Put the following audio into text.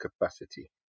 capacity